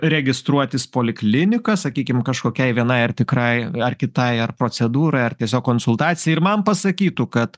registruotis poliklinika sakykim kažkokiai vienai ar tikrai ar kitai ar procedūrai ar tiesiog konsultacijai ir man pasakytų kad